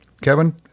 Kevin